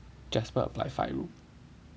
Jasper applied five room